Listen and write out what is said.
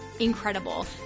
incredible